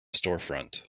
storefront